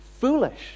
foolish